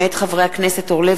מאת חברי הכנסת זבולון אורלב